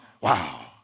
wow